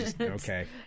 Okay